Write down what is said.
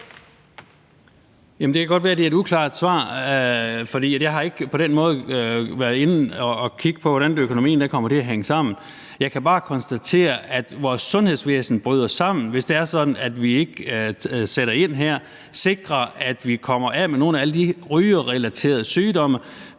Det kan godt være, at det er et uklart svar, for jeg har ikke på den måde været inde og kigge på, hvordan økonomien kommer til at hænge sammen. Jeg kan bare konstatere, at vores sundhedsvæsen bryder sammen, hvis det er sådan, at vi ikke sætter ind her, sikrer, at vi kommer af med nogle af alle de rygerelaterede sygdomme.